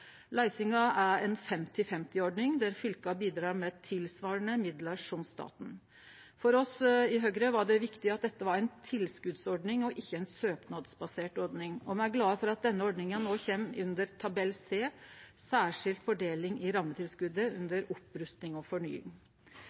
Løysinga er ei 50–50-ordning der fylka bidreg med tilsvarande midlar som staten. For oss i Høgre var det viktig at dette var ei tilskotsordning og ikkje ei søknadsbasert ordning, og me er glade for at denne ordninga no kjem under tabell C, særskild fordeling i rammetilskotet under opprusting og fornying.